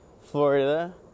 Florida